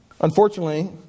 Unfortunately